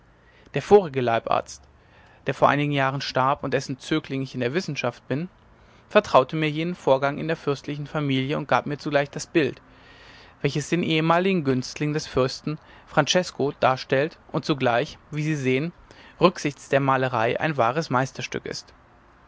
der vorige leibarzt der vor einigen jahren starb und dessen zögling in der wissenschaft ich bin vertraute mir jenen vorgang in der fürstlichen familie und gab mir zugleich das bild welches den ehemaligen günstling des fürsten francesko darstellt und zugleich wie sie sehen rücksichts der malerei ein wahres meisterstück ist